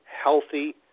healthy